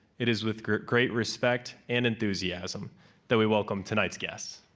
it is with great great respect and enthusiasm that we welcome tonight's guests.